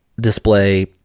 display